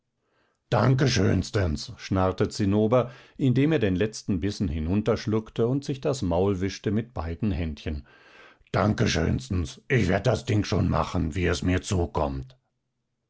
danke schönstens schnarrte zinnober indem er den letzten bissen hinunterschluckte und sich das maul wischte mit beiden händchen danke schönstens ich werd das ding schon machen wie es mir zukommt